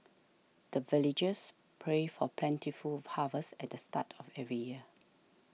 the villagers pray for plentiful harvest at the start of every year